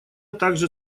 также